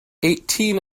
eighteen